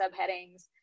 subheadings